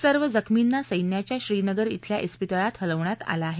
सर्व जखमींना सैन्याच्या श्रीनगर इथल्या इस्पीतळात हलवण्यात आलं आहे